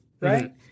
right